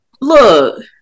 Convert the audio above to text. Look